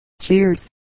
Cheers